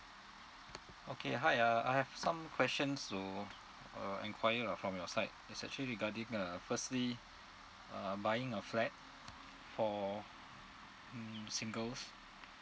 okay hi uh I have some questions to uh enquire lah from your side it's actually regarding uh firstly uh buying a flat for singles